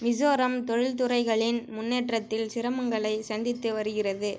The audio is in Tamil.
மிசோரம் தொழில்துறைகளின் முன்னேற்றத்தில் சிரமங்களைச் சந்தித்து வருகிறது